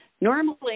Normally